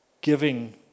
giving